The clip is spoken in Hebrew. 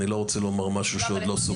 ואני לא רוצה לומר משהו שעוד לא סוכם.